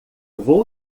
vou